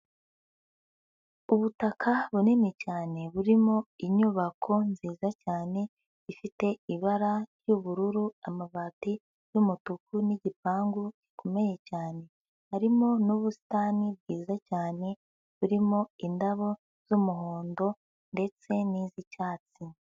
Ubutaka bunini cyane, burimo inyubako nziza cyane ifite ibara ry'ubururu, amabati y'umutuku, n'igipangu gikomeye cyane, harimo n'ubusitani bwiza cyane, burimo indabo z'umuhondo ndetse n'iz'icyatsi.